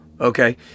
Okay